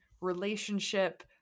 relationship